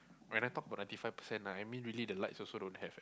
when I talk about ninety five percent ah I mean really the lights also don't have eh